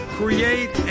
create